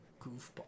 goofball